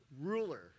ruler